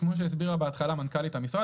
כשחברה תקבל היתר,